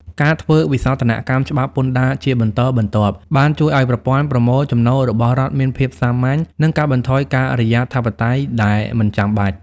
ការធ្វើវិសោធនកម្មច្បាប់ពន្ធដារជាបន្តបន្ទាប់ បានជួយឱ្យប្រព័ន្ធប្រមូលចំណូលរបស់រដ្ឋមានភាពសាមញ្ញ និងកាត់បន្ថយការិយាធិបតេយ្យដែលមិនចាំបាច់។